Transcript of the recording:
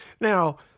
Now